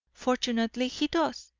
fortunately he does,